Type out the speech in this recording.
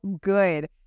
good